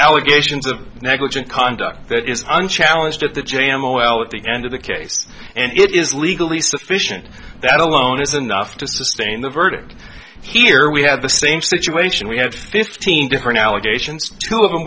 allegations of negligent conduct that is unchallenged at the j m a well at the end of the case and it is legally sufficient that alone is enough to sustain the verdict here we have the same situation we had fifteen different allegations two of them